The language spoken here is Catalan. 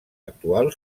actual